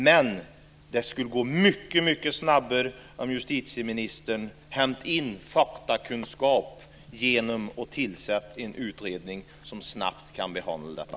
Men det skulle gå mycket snabbare om justitieministern hämtade in faktakunskap genom att tillsätta en utredning som snabbt kan behandla detta.